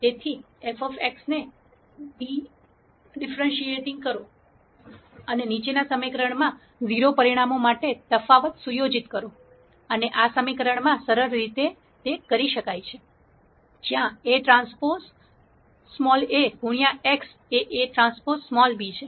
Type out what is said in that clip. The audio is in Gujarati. તેથી f ને ડીફ્રેસીએટીંગ કરો અને નીચેના સમીકરણમાં 0 પરિણામો માટે તફાવત સુયોજિત કરો અને આ સમીકરણમાં સરળ કરી શકાય છે જ્યાં Aᵀa ગુણ્યા x એ Aᵀ b છે